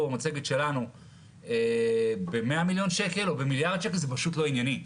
במצגת שלנו ב-100 מיליון שקל או במיליארד שקל זה פשוט לא ענייני.